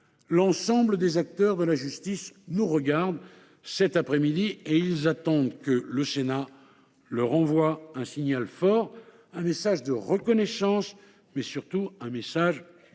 L’ensemble des acteurs de la justice nous regardent cet après-midi : ils attendent que le Sénat leur envoie un signal fort, un message de reconnaissance, mais surtout un message